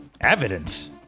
Evidence